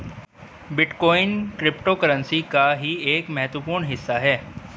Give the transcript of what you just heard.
bitcoin cryptocurrency का ही एक महत्वपूर्ण हिस्सा है